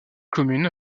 commune